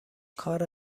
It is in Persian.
کار